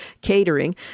Catering